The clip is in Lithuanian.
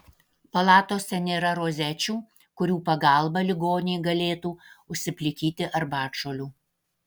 palatose nėra rozečių kurių pagalba ligoniai galėtų užsiplikyti arbatžolių